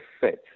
fit